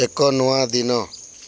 ଏକ ନୂଆ ଦିନ